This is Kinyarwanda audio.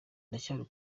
ndacyari